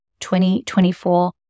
2024